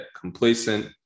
complacent